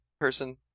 person